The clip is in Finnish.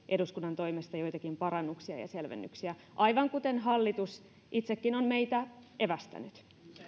eduskunnan toimesta joitakin parannuksia ja selvennyksiä aivan kuten hallitus itsekin on meitä evästänyt